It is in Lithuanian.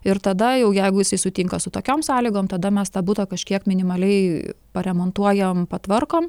ir tada jau jeigu jisai sutinka su tokiom sąlygom tada mes tą butą kažkiek minimaliai paremontuojam patvarkom